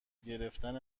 گرفتن